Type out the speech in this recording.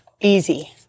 Easy